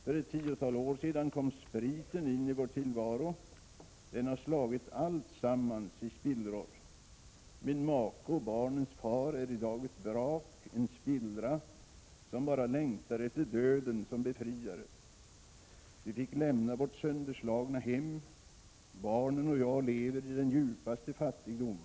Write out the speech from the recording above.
För ett 10-tal år sedan kom spriten in i vår tillvaro. Den har slagit alltsammans i spillror. Min make och barnens far är i dag ett vrak, en spillra, som bara längtar efter döden som befriare. Vi fick lämna vårt sönderslagna hem. Barnen och jag lever i den djupaste fattigdom.